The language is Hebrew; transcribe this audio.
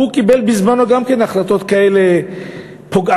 הוא קיבל בזמנו גם כן החלטות כאלה פוגעניות.